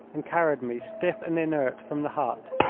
and carried me, stiff and inert, from the hut.